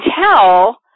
tell